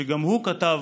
שגם הוא כתב: